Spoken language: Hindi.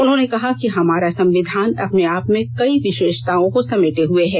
उन्होंने कहा कि हमारा संविधान अपने आप में कई विशेषताओं को समेटे हए हैं